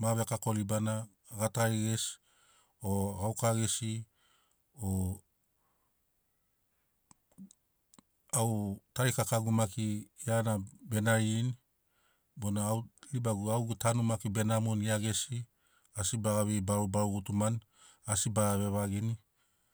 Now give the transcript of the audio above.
ma vekako ribana gatari gesi o gauka gesi o au tarikakagu maki gia na be naririni bona au ribagu au gegu tanu maki be namoni gia gesi asi baga vei barubaruni asi baga vevagini